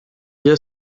est